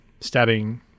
stabbing